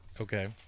Okay